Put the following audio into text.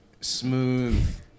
smooth